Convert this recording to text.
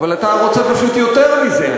אבל אתה רוצה פשוט יותר מזה,